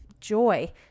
joy